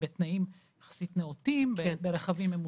בתנאים יחסים נאותים, ברכבים ממוזגים.